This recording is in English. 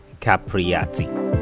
capriati